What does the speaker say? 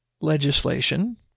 legislation